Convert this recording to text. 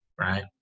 right